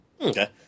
Okay